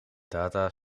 data